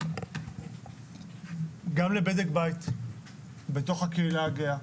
גם לבדק בית בתוך קהילה הגאה,